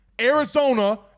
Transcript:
arizona